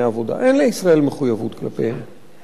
אין לישראל מחויבות כלפיהם,